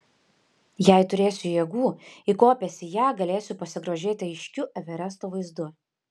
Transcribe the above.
jei turėsiu jėgų įkopęs į ją galėsiu pasigrožėti aiškiu everesto vaizdu